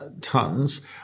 tons